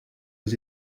aux